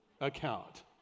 account